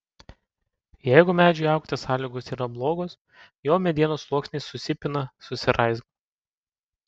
jeigu medžiui augti sąlygos yra blogos jo medienos sluoksniai susipina susiraizgo